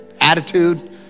attitude